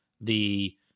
the-